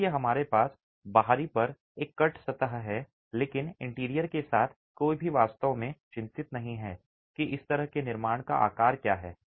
इसलिए हमारे पास बाहरी पर एक कट सतह है लेकिन इंटीरियर के साथ कोई भी वास्तव में चिंतित नहीं है कि इस तरह के निर्माण का आकार क्या है